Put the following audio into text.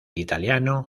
italiano